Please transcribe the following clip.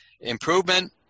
improvement